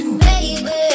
baby